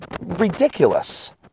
ridiculous